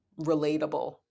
relatable